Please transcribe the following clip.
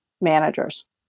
managers